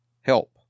help